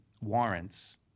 warrants